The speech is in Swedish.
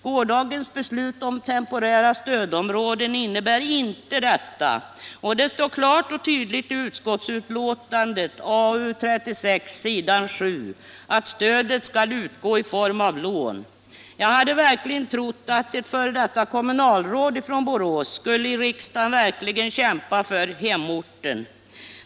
Gårdagens beslut om temporära stödområden innebär inte att det blir möjligt, och det står klart och tydligt i utskottsbetänkandet AU 36, s. 7, att stödet skall utgå i form av lån. Jag hade verkligen trott att ett f. d. kommunalråd från Borås skulle i riksdagen kämpa för hemorten.